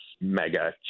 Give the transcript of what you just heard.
mega